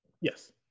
Yes